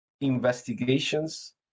investigations